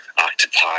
Octopi